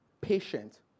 patient